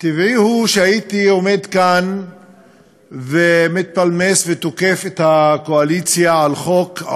טבעי הוא שהייתי עומד כאן ומתפלמס ותוקף את הקואליציה על חוק.